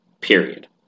period